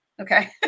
okay